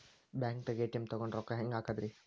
ಬ್ಯಾಂಕ್ದಾಗ ಎ.ಟಿ.ಎಂ ತಗೊಂಡ್ ರೊಕ್ಕ ಹೆಂಗ್ ಹಾಕದ್ರಿ?